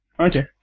Okay